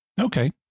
Okay